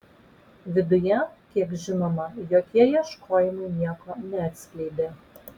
viduje kiek žinoma jokie ieškojimai nieko neatskleidė